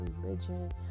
religion